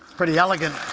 pretty elegant.